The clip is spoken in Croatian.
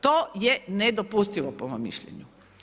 To je nedopustivo po mom mišljenju.